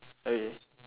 okay